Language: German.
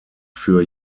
für